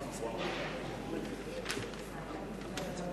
אנחנו ממשיכים בסדר-היום,